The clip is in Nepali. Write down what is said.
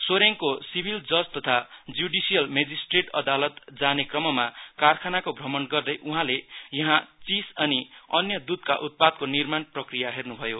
सोरेङको सिमल जज तथा ज्युडिसियल मजीस्ट्रेट अदालत जाने क्रममा कारखानको भ्रमण गर्दै उहाँले यहाँ चिस अनि अन्य दुधका उत्पादको निर्माण प्रक्रिया हेर्नुभयो